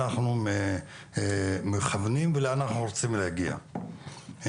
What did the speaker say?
אנחנו מכוונים ולאן אנחנו רוצים להגיע בנושא.